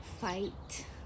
fight